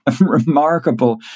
remarkable